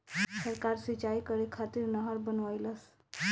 सरकार सिंचाई करे खातिर नहर बनवईलस